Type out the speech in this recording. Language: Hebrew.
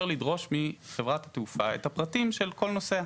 לדרוש מחברת התעופה את הפרטים של כל נוסע.